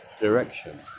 direction